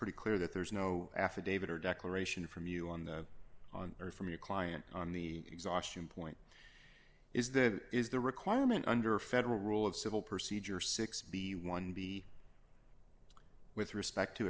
pretty clear that there's no affidavit or declaration from you on that from your client on the exhaustion point is that is the requirement under federal rule of civil procedure six b one b with respect to